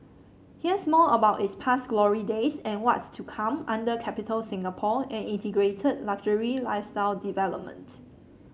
here's more about its past glory days and what's to come under Capitol Singapore an integrated luxury lifestyle development